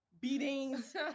beatings